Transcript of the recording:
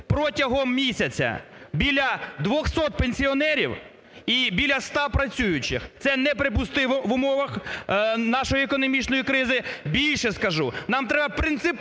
протягом місяця біля двохсот пенсіонерів і біля ста працюючих. Це неприпустимо в умовах нашої економічної кризи. Більше скажу, нам треба принципово